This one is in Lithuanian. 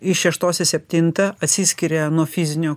iš šeštos į septintą atsiskiria nuo fizinio